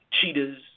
cheetahs